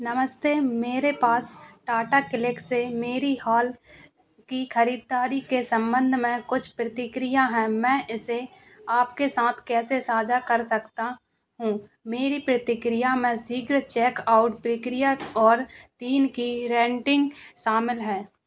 नमस्ते मेरे पास टाटा क्लिक से मेरी हाल की खरीदारी के सम्बन्ध में कुछ प्रतिक्रिया है मैं इसे आपके साथ कैसे साझा कर सकता हूँ मेरी प्रतिक्रिया में शीघ्र चेक़आउट प्रक्रिया और तीन की रेटिन्ग शामिल है